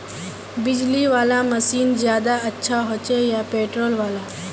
बिजली वाला मशीन ज्यादा अच्छा होचे या पेट्रोल वाला?